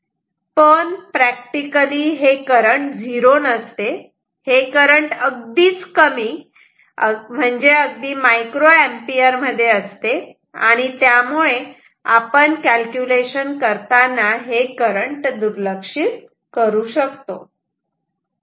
पण प्रॅक्टिकली हे current zero नसते हे करंट अगदी कमी म्हणजेच मायक्रो एम्पिअर मध्ये असते आणि त्यामुळे आपण कॅल्क्युलेशन करताना हे करंट दुर्लक्षित करू शकतो